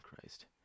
Christ